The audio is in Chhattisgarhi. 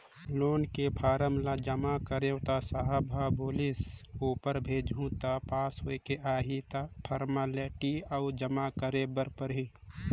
लोन के फारम ल जमा करेंव त साहब ह बोलिस ऊपर भेजहूँ त पास होयके आही त फारमेलटी अउ जमा करे बर परही